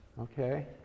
Okay